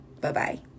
Bye-bye